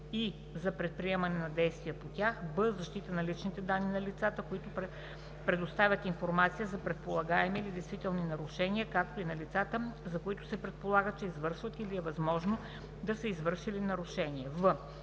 и за предприемане на действия по тях; б) защита на личните данни на лицата, които предоставят информация за предполагаеми или действителни нарушения, както и на лицата, за които се предполага, че извършват или е възможно да са извършили нарушение; в)